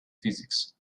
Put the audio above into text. physics